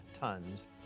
tons